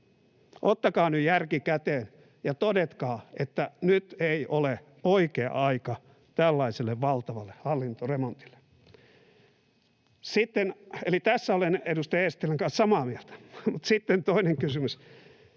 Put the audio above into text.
Ottakaa nyt järki käteen ja todetkaa, että nyt ei ole oikea aika tällaiselle valtavalle hallintoremontille. Eli tässä olen edustaja Eestilän kanssa samaa mieltä. Mutta sitten toinen kysymys,